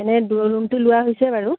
এনে লোৱা হৈছে বাৰু